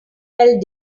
felt